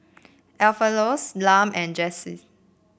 Alpheus Lum and Jesse